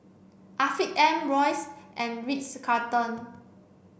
Afiq M Royce and Ritz Carlton